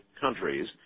countries